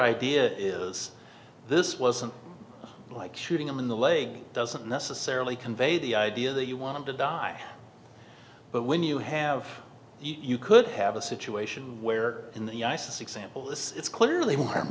idea is this wasn't like treating him in the leg doesn't necessarily convey the idea that you want him to die but when you have you could have a situation where in the ice example this it's clearly warm